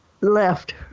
left